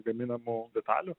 gaminamų detalių